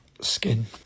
skin